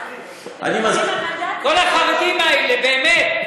כל החרדים האלה, באמת.